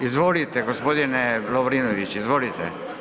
Izvolite, g. Lovrinović, izvolite.